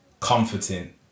comforting